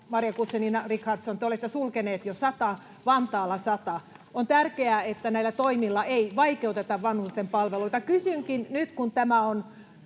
Maria Guzenina, te olette sulkeneet jo sata — Vantaalla sata. On tärkeää, että näillä toimilla ei vaikeuteta vanhusten palveluita. [Antti Lindtman: